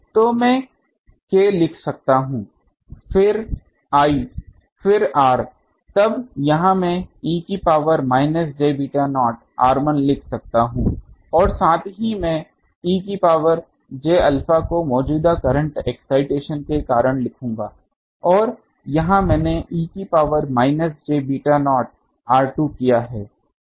तो मैं K लिख सकता हूँ फिर I फिर r तब यहाँ मैं e की power minus j beta naught r1 लिख सकता हूँ और साथ ही मैं e की पॉवर j अल्फ़ा को मौजूदा करंट एक्साइटेशन के कारण लिखूँगा और यहाँ मैंने e की power minus j beta naught r2 किया है